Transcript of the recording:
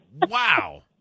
Wow